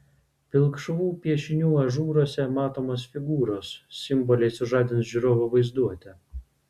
pilkšvų piešinių ažūruose matomos figūros simboliai sužadins žiūrovo vaizduotę